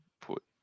put